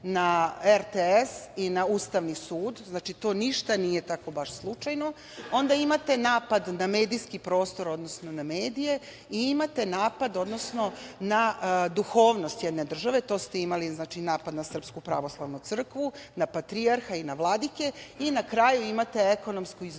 na RTS i na Ustavni sud. Znači, to ništa nije baš tako slučajno. Imate napad na medijski prostor, odnosno na medije i imate napad, odnosno na duhovnost jedne države. To ste imali napad za Srpsku pravoslavnu crkvu, na patrijarha i na vladike i na kraju imate ekonomski iznurivanje,